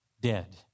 dead